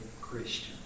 Christian